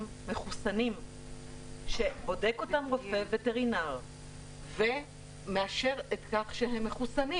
מחוסנים שבודק אותם רופא וטרינר ומאשר את החיסון.